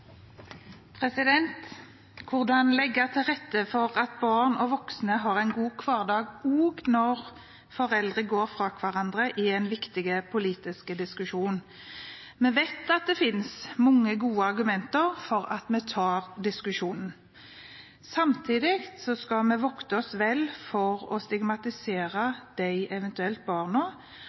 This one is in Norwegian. Hvordan legge til rette for at barn og voksne har en god hverdag også når foreldre går fra hverandre, er en viktig politisk diskusjon. Vi vet at det finnes mange gode argumenter for at vi tar diskusjonen. Samtidig skal vi vokte oss vel for å stigmatisere de eventuelle barna